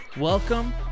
Welcome